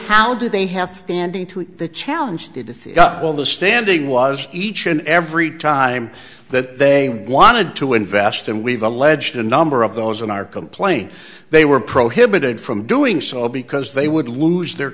how do they have standing to the challenge to deceive well the standing was each and every time that they wanted to invest and we've alleged a number of those in our complaint they were prohibited from doing so because they would lose their